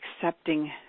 accepting